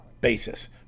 basis